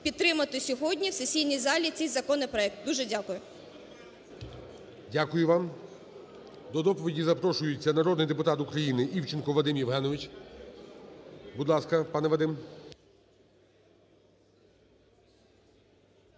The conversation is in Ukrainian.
підтримати сьогодні в сесійній залі цей законопроект. Дуже дякую. ГОЛОВУЮЧИЙ. Дякую вам. До доповіді запрошується народний депутат України Івченко Вадим Євгенович. Будь ласка, пане Вадим.